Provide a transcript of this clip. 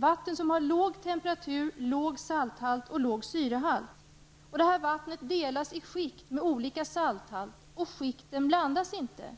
Vattnet har låg temperatur, låg salthalt och låg syrehalt. Detta vatten delas i skikt med olika salthalt. Skikten blandas inte.